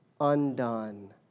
undone